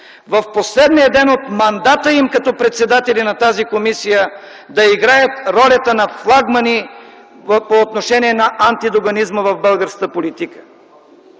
в последния ден от мандата им като председатели на тази комисия да играят ролята на флагмани по отношение на антидоганизма в българската политика.